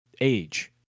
age